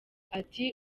ati